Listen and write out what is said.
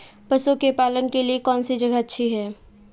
पशुओं के पालन के लिए कौनसी जगह अच्छी है?